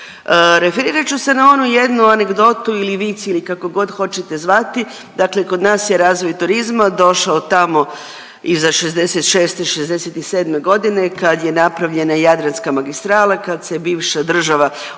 Referirat ću se na onu jednu anegdotu ili vic ili kako god hoćete zvati, dakle kod nas je razvoj turizma došao tamo iza '66., '67. g., kad je napravljena Jadranska magistrala, kad se bivša država otvorila